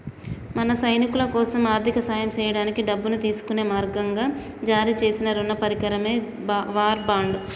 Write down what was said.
మన సైనికులకోసం ఆర్థిక సాయం సేయడానికి డబ్బును తీసుకునే మార్గంగా జారీ సేసిన రుణ పరికరమే వార్ బాండ్